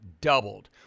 doubled